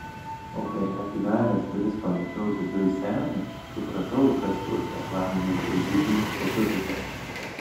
o kai atidaręs duris pamačiau viduj senę supratau kas tos reklaminės baidyklės prototipas